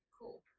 Cool